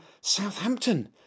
Southampton